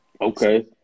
Okay